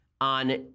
on